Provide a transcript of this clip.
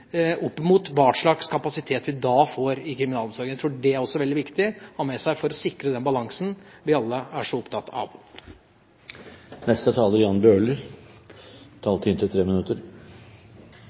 opp mot hva slags kapasitet vi da vil få i kriminalomsorgen. Jeg tror dette er veldig viktig å ha med seg for å sikre den balansen vi alle er så opptatt